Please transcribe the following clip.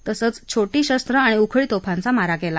तसंच छोटी शस्वं आणि उखळीतोफांचा मारा केला